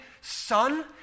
son